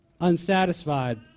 unsatisfied